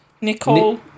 Nicole